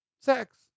sex